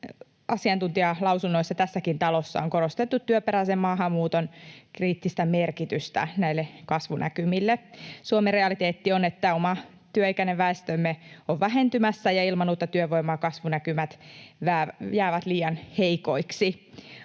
asiantuntijalausunnoissa tässäkin talossa on korostettu työperäisen maahanmuuton kriittistä merkitystä näille kasvunäkymille. Suomen realiteetti on, että oma työikäinen väestömme on vähentymässä ja ilman uutta työvoimaa kasvunäkymät jäävät liian heikoiksi.